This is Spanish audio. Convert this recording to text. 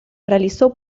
realizó